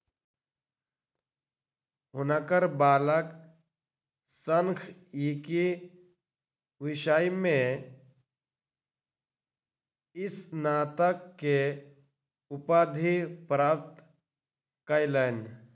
हुनकर बालक सांख्यिकी विषय में स्नातक के उपाधि प्राप्त कयलैन